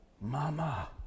Mama